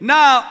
Now